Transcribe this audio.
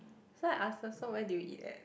so I ask her where did you eat at